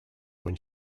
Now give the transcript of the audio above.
when